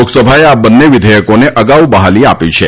લોકસભાએ આ બંને વિધેયકોને અગાઉ બહાલી આપી છે